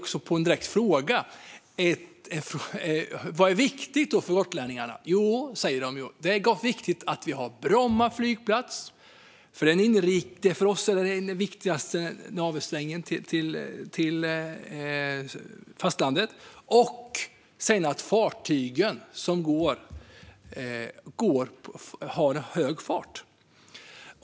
På en direkt fråga om vad som är viktigt för gotlänningarna sa de: Det är viktigt att vi har Bromma flygplats, som för oss är den viktigaste navelsträngen till fastlandet, och att de fartyg som går håller hög fart.